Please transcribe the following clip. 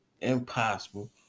Impossible